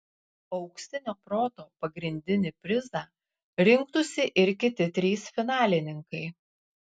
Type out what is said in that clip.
auksinio proto pagrindinį prizą rinktųsi ir kiti trys finalininkai